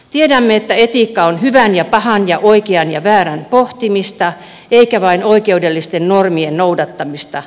tiedämme että etiikka on hyvän ja pahan ja oikean ja väärän pohtimista eikä vain oikeudellisten normien noudattamista